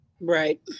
Right